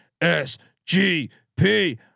sgp